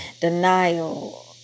denial